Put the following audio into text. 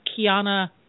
Kiana